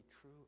true